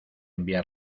enviar